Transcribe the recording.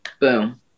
boom